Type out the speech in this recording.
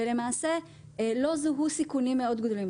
למעשה לא זוהו סיכונים מאוד גדולים.